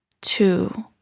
two